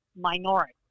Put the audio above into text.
minority